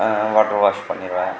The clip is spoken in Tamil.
நான் வாட்டர் வாஷ் பண்ணிடுவேன்